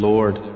Lord